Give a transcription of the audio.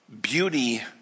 beauty